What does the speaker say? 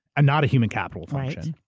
and not a human capital function.